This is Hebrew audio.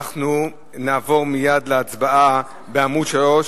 אנחנו נעבור מייד להצבעה בעמוד 3,